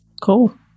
Cool